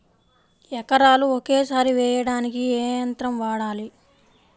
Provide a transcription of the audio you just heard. ఎకరాలు ఒకేసారి వేయడానికి ఏ యంత్రం వాడాలి?